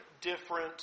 different